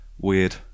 weird